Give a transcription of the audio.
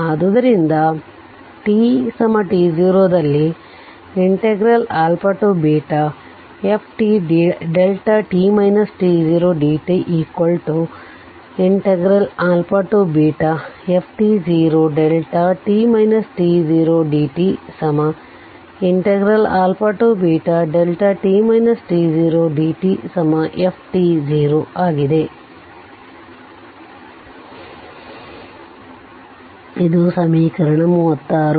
ಆದುದರಿಂದ t t0 ದಲ್ಲಿ fdt fdt dt f ಇದು ಸಮೀಕರಣ 36